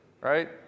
right